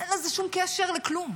אין לזה שום קשר לכלום.